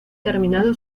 terminado